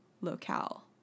locale